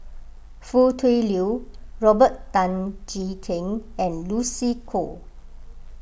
Foo Tui Liew Robert Tan Jee Keng and Lucy Koh